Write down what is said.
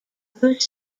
bruce